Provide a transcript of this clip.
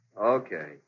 Okay